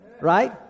Right